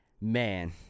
Man